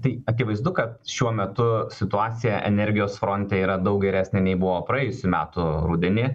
tai akivaizdu kad šiuo metu situacija energijos fronte yra daug geresnė nei buvo praėjusių metų rudenį